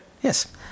Yes